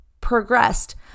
progressed